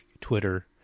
Twitter